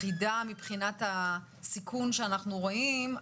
אחידה מבחינת הסיכון שאנחנו רואים,